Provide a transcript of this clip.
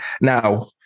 now